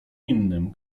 innym